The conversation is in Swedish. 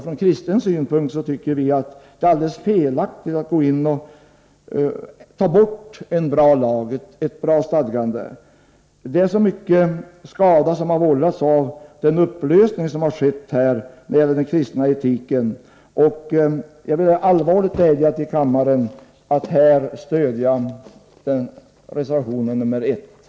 Från kristen synpunkt tycker vi att det är alldeles felaktigt att ta bort ett bra stadgande. Det är så mycket skada som har vållats av den upplösning som har skett när det gäller den kristna etiken. Jag vill allvarligt vädja till kammaren att stödja reservation nr 1.